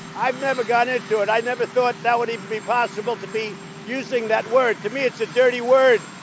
i've never got into it. i never thought that would even be possible to be using that word. to me, it's a dirty word,